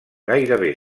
gairebé